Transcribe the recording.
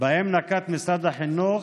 שנקט משרד החינוך